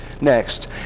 Next